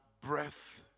breath